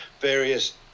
Various